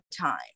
time